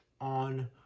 on